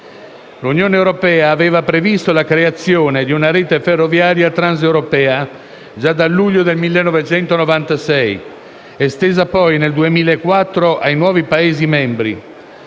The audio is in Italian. L'Unione europea aveva previsto la creazione di una rete ferroviaria transeuropea già dal luglio 1996, estesa poi nel 2004 ai nuovi Paesi membri.